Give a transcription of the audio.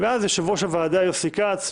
אז יושב-ראש הוועדה יוסי כץ,